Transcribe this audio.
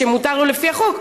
שמותר לו לפי החוק,